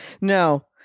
No